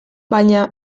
baina